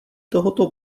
tohoto